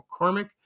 McCormick